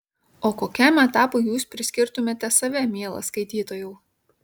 o kokiam etapui jūs priskirtumėte save mielas skaitytojau